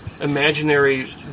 imaginary